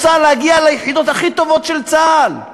רוצה להגיע ליחידות הכי טובות של צה"ל.